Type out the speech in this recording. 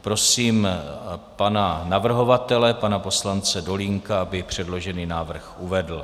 Prosím pana navrhovatele, pana poslance Dolínka, aby předložený návrh uvedl.